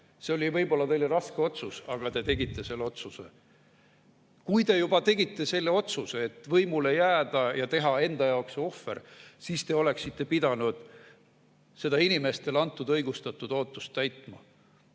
teile võib-olla raske otsus, aga te tegite selle otsuse. Kui te juba tegite selle otsuse, et võimule jääda ja tuua see ohver, siis te oleksite pidanud seda inimestes tekitatud õigustatud ootust täitma,